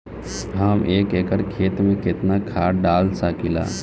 हम एक एकड़ खेत में केतना खाद डाल सकिला?